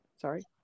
sorry